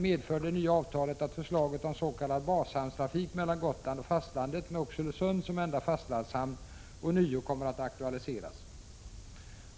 Medför det nya avtalet att förslaget om s.k. bashamnstrafik mellan Gotland och fastlandet med Oxelösund som enda fastlandshamn ånyo kommer att aktualiseras?